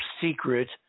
secret